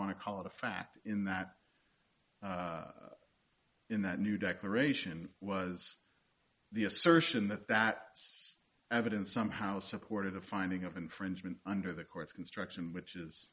want to call it a fact in that in that new declaration was the assertion that that evidence somehow supported a finding of infringement under the court's construction which is